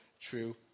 true